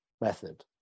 method